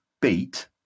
beat